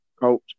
coach